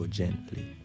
gently